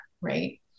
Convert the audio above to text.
right